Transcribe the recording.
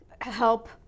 help